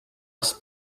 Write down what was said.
нас